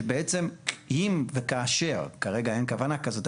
שבעצם אם וכאשר, כרגע אין בכוונה כזאת.